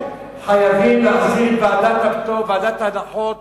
חייבים להחזיר את ועדת הפטור, ועדת ההנחות,